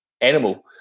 animal